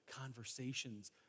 conversations